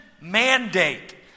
mandate